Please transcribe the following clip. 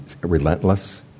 relentless